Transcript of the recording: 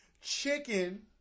chicken